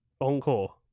encore